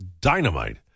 dynamite